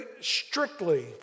strictly